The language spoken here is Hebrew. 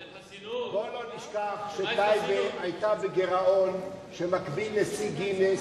בוא לא נשכח שטייבה היתה בגירעון שמקביל לשיא גינס,